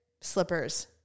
Slippers